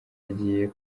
agiye